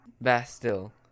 Bastille